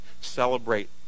celebrate